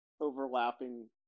overlapping